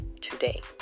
today